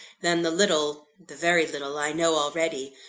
than the little the very little i know already.